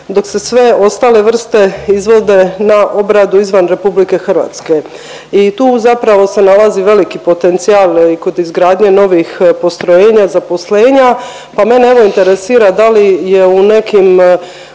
dok se sve ostale vrste izvode na obradu izvan Republike Hrvatske i tu zapravo se nalazi veliki potencijal i kod izgradnje novih postrojenja, zaposlenja, pa mene evo interesira da li je u nekim